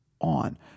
on